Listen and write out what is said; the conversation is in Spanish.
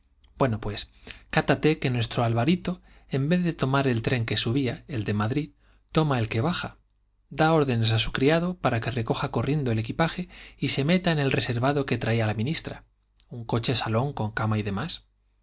bueno pues cátate que nuestro alvarito en vez de tomar el tren que subía el de madrid toma el que baja da órdenes a su criado para que recoja corriendo el equipaje y se meta en el reservado que traía la ministra un coche salón con cama y demás